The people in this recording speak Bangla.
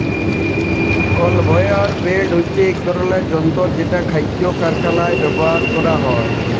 কলভেয়র বেল্ট হছে ইক ধরলের যল্তর যেট খাইদ্য কারখালায় ব্যাভার ক্যরা হ্যয়